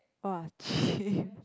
!wah! chim